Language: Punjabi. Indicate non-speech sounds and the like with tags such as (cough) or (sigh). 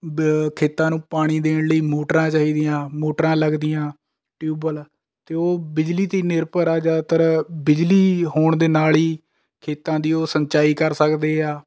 (unintelligible) ਖੇਤਾਂ ਨੂੰ ਪਾਣੀ ਦੇਣ ਲਈ ਮੋਟਰਾਂ ਚਾਹੀਦੀਆਂ ਮੋਟਰਾਂ ਲੱਗਦੀਆਂ ਟਿਊਬਵੈੱਲ ਅਤੇ ਉਹ ਬਿਜਲੀ 'ਤੇ ਹੀ ਨਿਰਭਰ ਹੈ ਜ਼ਿਆਦਾਤਰ ਬਿਜਲੀ ਹੋਣ ਦੇ ਨਾਲ ਹੀ ਖੇਤਾਂ ਦੀ ਉਹ ਸਿੰਚਾਈ ਕਰ ਸਕਦੇ ਹੈ